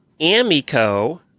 Amico